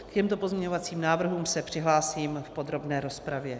K těmto pozměňovacím návrhům se přihlásím v podrobné rozpravě.